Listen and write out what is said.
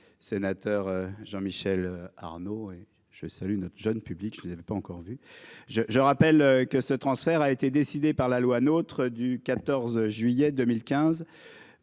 Sénateur Jean Michel Arnaud et. Je salue notre jeune public. Je n'ai pas encore vu je je rappelle que ce transfert a été décidé par la loi notre du 14 juillet 2015